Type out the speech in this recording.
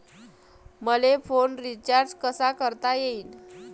मले phone recharge कसा करता येईन?